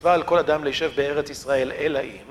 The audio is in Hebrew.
ועל כל אדם ליישב בארץ ישראל אלא אם